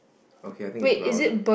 okay I think it brown